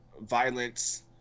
violence